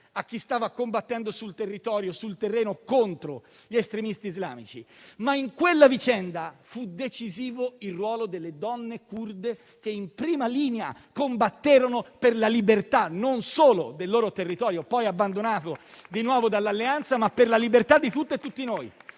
a chi stava combattendo sul territorio contro gli estremisti islamici. In quella vicenda fu decisivo il ruolo delle donne curde, che combatterono in prima linea per la libertà non solo del loro territorio, poi abbandonato di nuovo dall'alleanza, ma anche di tutte e tutti noi.